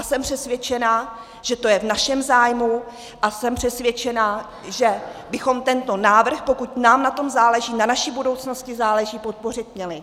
Jsem přesvědčená, že to je v našem zájmu, a jsem přesvědčená, že bychom tento návrh, pokud nám na naší budoucnosti záleží, podpořit měli.